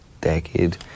decade